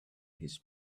his